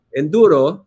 enduro